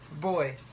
boy